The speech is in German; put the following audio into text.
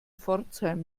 pforzheim